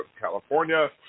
California